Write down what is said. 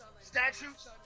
statutes